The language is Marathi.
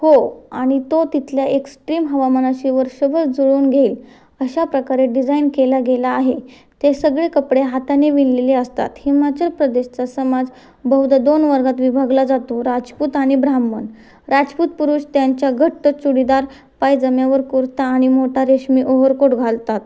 हो आणि तो तिथल्या एक्स्ट्रीम हवामानाशी वर्षभर जुळून घेईल अशा प्रकारे डिझाईन केला गेला आहे ते सगळे कपडे हाताने विणलेले असतात हिमाचल प्रदेशचा समाज बहुदा दोन वर्गात विभागला जातो राजपूत आणि ब्राह्मण राजपूत पुरुष त्यांच्या घट्ट चुडीदार पायजम्यावर कुर्ता आणि मोठा रेशमी ओव्हरकोट घालतात